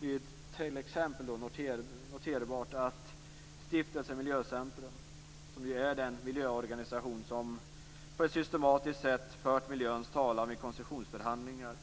Det är t.ex. noterbart att Stiftelsen Miljöcentrum, som är den miljöorganisation som på ett systematiskt sätt för miljöns talan vid koncessionsförhandlingar